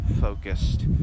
focused